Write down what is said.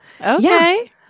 Okay